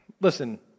listen